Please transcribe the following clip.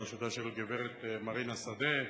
בראשותה של הגברת מרינה שדה,